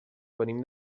venim